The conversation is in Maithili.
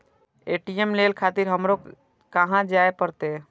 ए.टी.एम ले खातिर हमरो कहाँ जाए परतें?